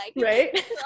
right